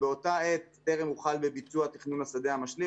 ובאותה עת טרם הוחל בביצוע תכנון השדה המשלים.